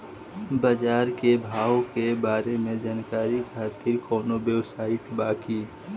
बाजार के भाव के बारे में जानकारी खातिर कवनो वेबसाइट बा की?